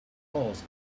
guitars